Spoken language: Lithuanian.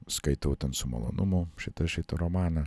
skaitau ten su malonumu šitą šitą romaną